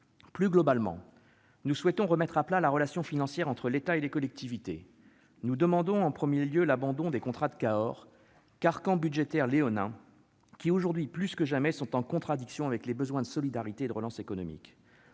Plus globalement, nous souhaitons remettre à plat la relation financière entre l'État et les collectivités. Nous demandons en premier lieu l'abandon des contrats de Cahors, carcans budgétaires léonins qui, aujourd'hui plus que jamais, sont en contradiction avec les besoins de solidarité et de relance économique.